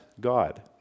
God